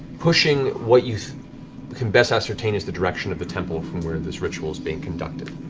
pushing what you can best ascertain is the direction of the temple from where this ritual is being conducted.